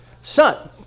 Son